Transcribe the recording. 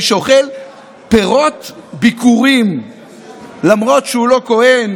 מי שאוכל פירות ביכורים למרות שהוא לא כהן,